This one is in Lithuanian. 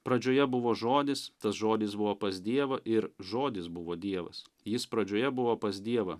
pradžioje buvo žodis tas žodis buvo pas dievą ir žodis buvo dievas jis pradžioje buvo pas dievą